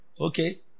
Okay